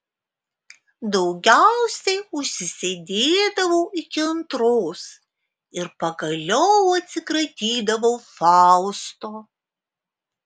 daugiausiai užsisėdėdavau iki antros ir pagaliau atsikratydavau fausto